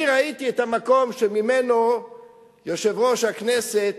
אני ראיתי את המקום שממנו יושב-ראש הכנסת,